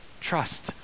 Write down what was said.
Trust